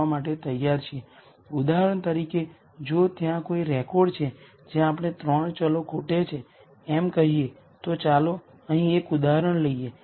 આપણે એ પણ જાણીએ છીએ કે આ દરેક સ્વતંત્ર આઇગન વેક્ટરર્સ A ની કોલમ્સના લિનયર કોમ્બિનેશન થવાના છે તે જોવા માટે ચાલો આ સમીકરણ જોઈએ